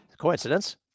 coincidence